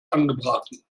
angebraten